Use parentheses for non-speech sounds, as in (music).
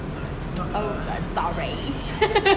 oh sorry (laughs)